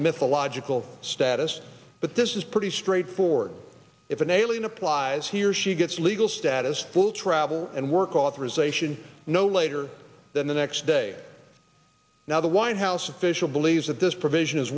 mythological status but this is pretty straightforward if an alien applies here she gets a legal status full travel and work authorization no later than the next day now the white house official believes that this provision is